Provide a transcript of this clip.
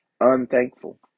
unthankful